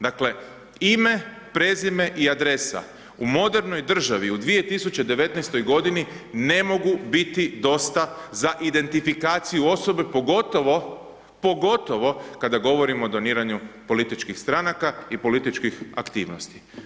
Dakle, ime, prezime i adresa, u modernoj državi, u 2019. g. ne mogu biti dosta za identifikaciju osobe, pogotovo, pogotovo, kada govorimo o doniranju političkih stranaka i političkih aktivnosti.